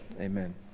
Amen